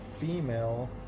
female